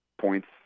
points